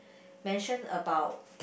mention about